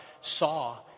saw